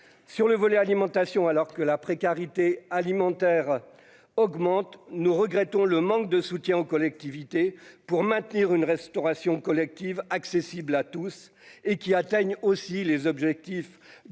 sur le volet alimentation alors que la précarité alimentaire augmente, nous regrettons le manque de soutien aux collectivités pour maintenir une restauration collective accessible à tous et qui atteignent aussi les objectifs